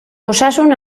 osasun